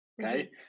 okay